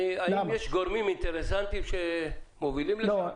האם יש גורמים אינטרסנטיים שמובילים לכך?